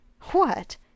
What